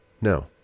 No